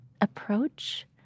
approach